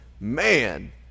man